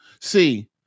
See